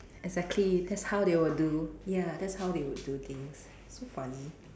exactly that's how they will do ya that's how they would do things so funny